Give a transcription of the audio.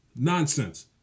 Nonsense